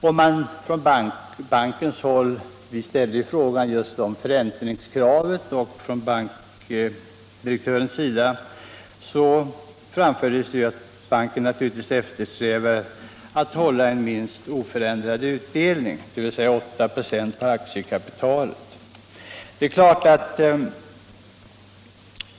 Vi ställde just en fråga om förräntningskravet, och bankdirektören svarade då att banken eftersträvar att hålla utdelningen oförändrad, dvs. vid 896 på aktiekapitalet.